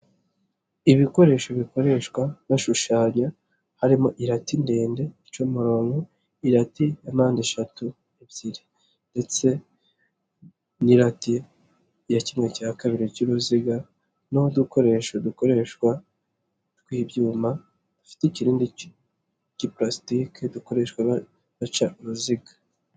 Ibikoresho bikoreshwa bashushanya. Harimo irati ndende ica umurongo, irati ya mpande eshatu ebyiri ndetse n'irati ya kimwe cya kabiri cy'uruziga n'udukoresho dukoreshwa tw'ibyuma dufite ikirindi kiparasitike dukoreshwa baca uruziga.